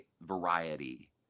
variety